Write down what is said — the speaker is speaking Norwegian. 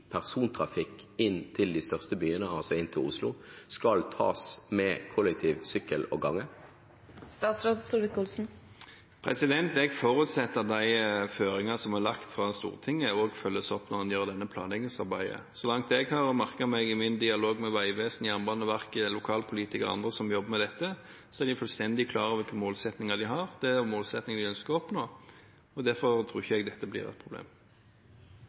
persontrafikk inn til de største byene – altså inn til Oslo – skal tas med kollektivtransport, sykkel og gange? Jeg forutsetter at de føringene som er lagt fra Stortinget, også følges opp når en gjør dette planleggingsarbeidet. Så langt jeg har merket meg i min dialog med Vegvesenet, Jernbaneverket, lokalpolitikere og andre som jobber med dette, er de fullstendig klar over hvilke målsettinger de ønsker å oppnå. Derfor tror jeg ikke dette blir et problem.